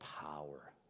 power